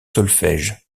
solfège